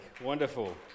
Wonderful